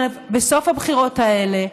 בסוף הבחירות האלה,